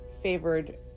favored